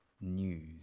news